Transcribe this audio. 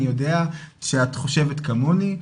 אני יודע שאת חושבת כמוני,